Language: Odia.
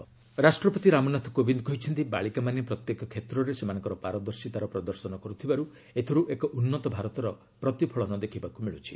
କୋବିନ୍ଦ ରାଷ୍ଟ୍ରପତି ରାମନାଥ କୋବିନ୍ଦ କହିଛନ୍ତି ବାଳିକାମାନେ ପ୍ରତ୍ୟେକ କ୍ଷେତ୍ରରେ ସେମାନଙ୍କର ପାରଦର୍ଶିତାର ପ୍ରଦର୍ଶନ କରୁଥିବାରୁ ଏଥିରୁ ଏକ ଉନ୍ନତ ଭାରତର ପ୍ରତିଫଳନ ଦେଖିବାକୁ ମିଳୁଛି